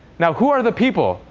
now who are the people?